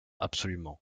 absolument